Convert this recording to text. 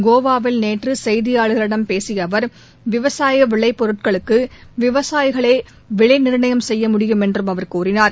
கோவாவில் நேற்று செய்தியாளர்களிடம் பேசிய அவர் விவசாய விளை பொருட்களுக்கு விவசாயிகளே விலை நிர்ணயம் செய்ய முடியும் என்றும் அவர் தெரிவித்தார்